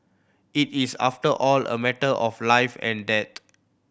it is after all a matter of life and death